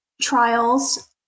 trials